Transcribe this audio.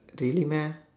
really meh